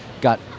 got